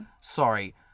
Sorry